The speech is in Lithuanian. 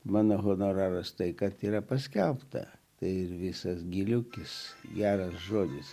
mano honoraras tai kad yra paskelbta tai ir visas giliukis geras žodis